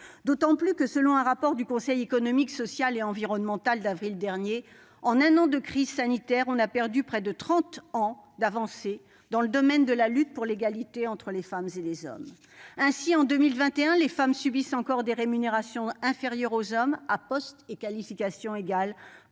D'autant que, selon un rapport du Conseil économique, social et environnemental (CESE) d'avril dernier, en un an de crise sanitaire, on a perdu près de trente ans d'avancées dans le domaine de la lutte pour l'égalité entre les femmes et les hommes. Ainsi, en 2021, les femmes subissent encore des rémunérations inférieures aux hommes- à poste et qualification égaux